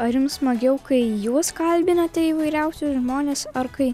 ar jums smagiau kai jūs kalbinate įvairiausius žmones ar kai